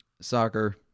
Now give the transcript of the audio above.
soccer